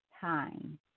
time